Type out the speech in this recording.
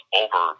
over